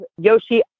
Yoshi